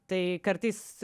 tai kartais